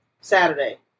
Saturday